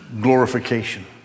Glorification